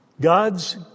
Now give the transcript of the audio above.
God's